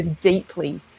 deeply